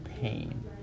pain